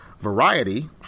Variety